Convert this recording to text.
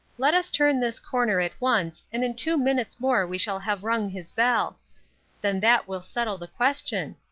let us turn this corner at once, and in two minutes more we shall have rung his bell then that will settle the question.